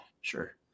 Sure